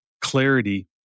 clarity